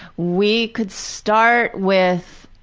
we could start with,